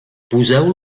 poseu